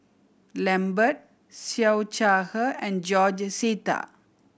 Lambert Siew Shaw Her and George Sita